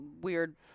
weird